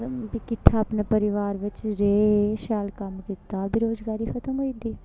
फ्ही किट्ठा अपने परिवार बिच्च रेह् शैल कम्म कीता बेरोजगारी खतम होई जंदी